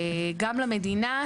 גם למדינה,